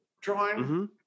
drawing